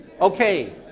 Okay